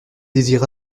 désir